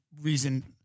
reason